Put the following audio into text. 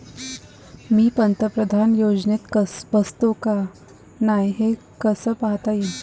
मी पंतप्रधान योजनेत बसतो का नाय, हे कस पायता येईन?